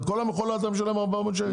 --- על כל מכולה אתה משלם 400 שקלים?